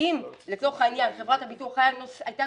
אם לצורך העניין חברת הביטוח היתה